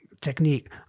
technique